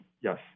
Yes